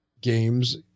games